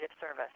service